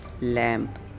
lamp